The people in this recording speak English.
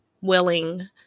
willing